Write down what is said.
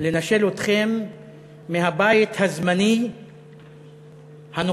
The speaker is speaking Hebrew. לנשל אתכם מהבית הזמני הנוכחי?